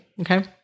Okay